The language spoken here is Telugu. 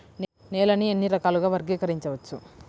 నేలని ఎన్ని రకాలుగా వర్గీకరించవచ్చు?